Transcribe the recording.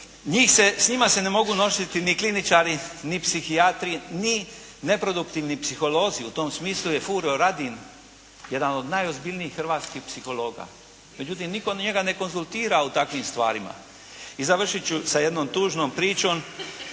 s njima se ne mogu nositi ni kliničari, ni psihijatri, ni neproduktivni psiholozi, u tom smislu je Furio Radin, jedan od najozbiljnijih hrvatskih psihologa, međutim nitko njega ne konzultira u takvim stvarima. I završit ću sa jednom tužnom pričom